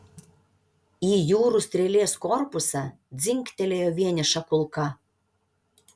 į jūrų strėlės korpusą dzingtelėjo vieniša kulka